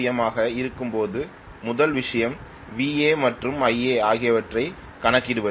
M ஆக இருக்கும்போது முதல் விஷயம் Va மற்றும் Ia ஆகியவற்றைக் கணக்கிடுவது